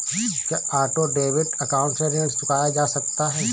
क्या auto debit account से ऋण चुकाया जा सकता है?